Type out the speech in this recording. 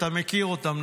אתה מכיר אותם,